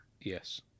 Yes